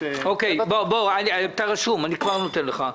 אתה רשום, כבר אתן לך.